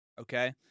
okay